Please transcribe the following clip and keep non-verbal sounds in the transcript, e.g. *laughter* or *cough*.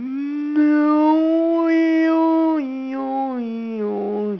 *noise*